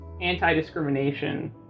anti-discrimination